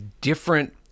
different